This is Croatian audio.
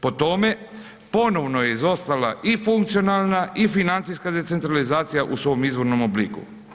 Po tome, ponovno je izostala i funkcionalna i financijska decentralizacija u svom izvornom obliku.